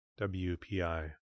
WPI